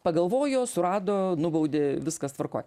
pagalvojo surado nubaudė viskas tvarkoj